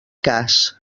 cas